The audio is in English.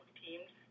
teams